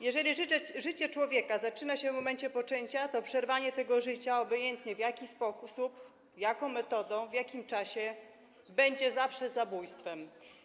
Jeżeli życie człowieka zaczyna się w momencie poczęcia, to przerwanie tego życia, obojętnie w jaki sposób, jaką metodą, w jakim czasie, zawsze będzie zabójstwem.